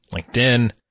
LinkedIn